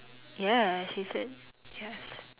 yes he said yes